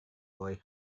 boy